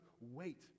wait